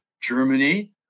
Germany